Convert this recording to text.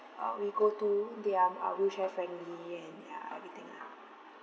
uh we go to they are um wheelchair friendly and ya everything lah